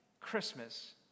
Christmas